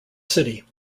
city